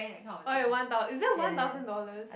more than one thou~ is there one thousand dollars